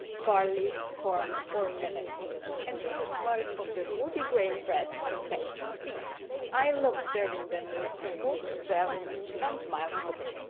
barley corn or millet and because most of the multigrain bread contained seed i love serving them with smooth, velvety and mild toppings.